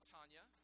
Tanya